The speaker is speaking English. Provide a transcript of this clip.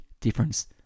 difference